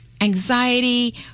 anxiety